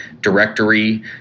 directory